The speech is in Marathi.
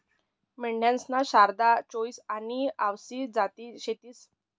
मेंढ्यासन्या शारदा, चोईस आनी आवसी जाती शेतीस